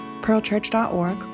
pearlchurch.org